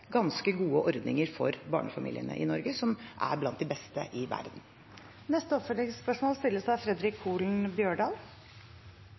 ganske gode ordninger for barnefamiliene i Norge – blant de beste i verden. Fredric Holen Bjørdal – til oppfølgingsspørsmål.